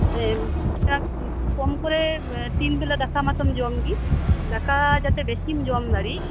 ᱴᱷᱤᱠ ᱴᱷᱟᱠ ᱠᱚᱢᱠᱚᱨᱮ ᱛᱤᱱᱵᱮᱞᱟ ᱫᱟᱠᱟ ᱢᱟᱛᱚᱢ ᱡᱚᱢᱜᱤ ᱫᱟᱠᱟ ᱡᱟᱛᱮ ᱵᱮᱥᱤᱢ ᱡᱚᱢᱫᱟᱲᱤᱜ